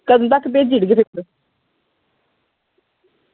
कदूं तक भेजी ओड़गे फिर